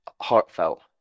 heartfelt